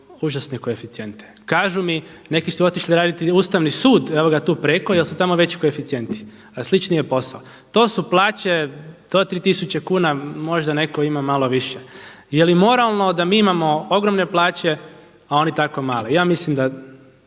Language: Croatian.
užasne koeficijente. Kažu mi neki su otišli raditi u Ustavni sud, evo ga tu preko jer su tamo veći koeficijenti a slični je posao. To su plaće 3000 kuna, možda netko ima malo više. Je li moralno da mi imamo ogromne plaće a oni tako male? Ja mislim da